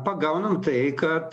pagaunam tai kad